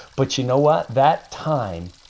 but you know what? that time